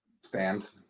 Stand